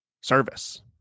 service